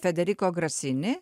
federiko grasini